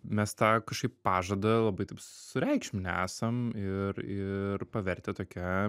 mes tą kažkaip pažadą labai taip sureikšminę esam ir ir pavertę tokia